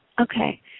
Okay